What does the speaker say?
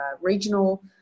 regional